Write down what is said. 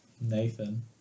Nathan